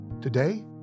Today